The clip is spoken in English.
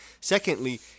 Secondly